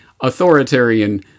authoritarian